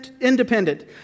independent